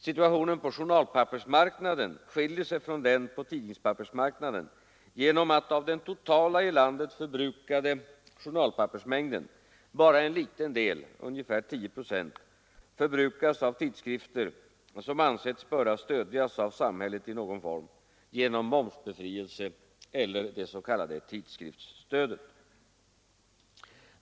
Situationen på journalpappersmarknaden skiljer sig från den på tidningspappersmarknaden genom att av den totala i landet förbrukade journalpappersmängden endast en liten del — ca 10 procent — förbrukas av tidskrifter som ansetts böra stödjas av samhället i någon form — genom momsbefrielse eller det s.k. tidskriftsstödet.